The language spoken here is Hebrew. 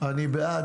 אני בעד.